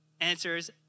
answers